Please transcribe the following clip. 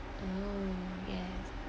oh yes